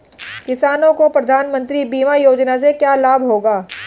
किसानों को प्रधानमंत्री बीमा योजना से क्या लाभ होगा?